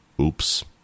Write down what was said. Oops